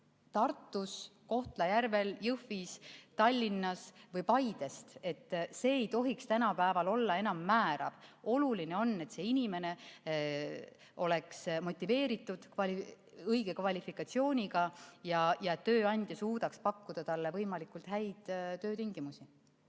Tartus, Kohtla-Järvel, Jõhvis, Tallinnas või Paides. See ei tohiks tänapäeval olla enam määrav. Oluline on, et inimene oleks motiveeritud, õige kvalifikatsiooniga ja tööandja suudaks pakkuda talle võimalikult häid töötingimusi.